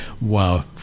Wow